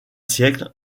siècle